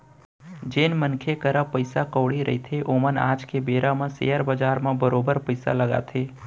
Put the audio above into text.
जेन मनखे करा पइसा कउड़ी रहिथे ओमन आज के बेरा म सेयर बजार म बरोबर पइसा लगाथे